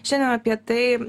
šiandien apie tai